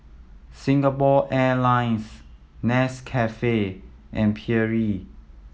Singapore Airlines Nescafe and Perrier